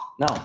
No